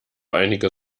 einige